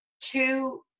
two